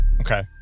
Okay